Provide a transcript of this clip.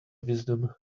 wisdom